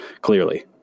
clearly